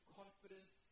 confidence